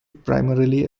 primarily